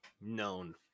Known